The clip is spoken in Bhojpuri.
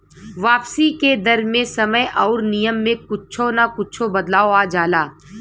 वापसी के दर मे समय आउर नियम में कुच्छो न कुच्छो बदलाव आ जाला